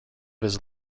his